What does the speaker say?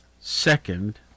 second